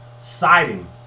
siding